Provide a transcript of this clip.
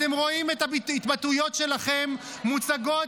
אתם רואים את ההתבטאויות שלכם מוצגות